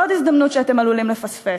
ועוד הזדמנות שאתם עלולים לפספס: